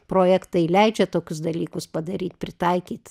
projektai leidžia tokius dalykus padaryt pritaikyt